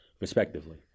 respectively